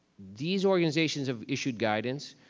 these organizations have issued guidance.